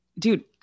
Dude